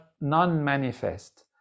non-manifest